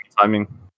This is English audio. Timing